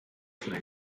fra